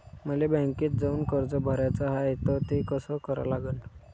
मले बँकेत जाऊन कर्ज भराच हाय त ते कस करा लागन?